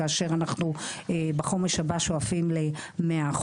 כאשר אנחנו בחומש הבא שואפים ל-100%.